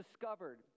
discovered